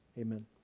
Amen